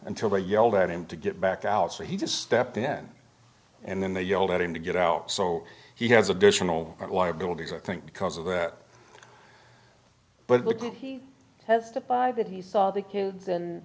until they yelled at him to get back out so he just stepped in and then they yelled at him to get out so he has additional liabilities i think because of that but because he has to buy that he saw the kids and